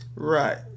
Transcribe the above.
Right